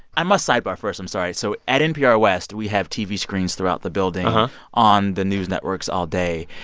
i must sidebar first. i'm sorry. so at npr west, we have tv screens throughout the building on the news networks all day.